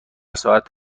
ساعت